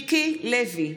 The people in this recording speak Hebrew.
מיקי לוי,